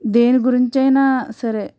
దేని గురించి అయినా సరే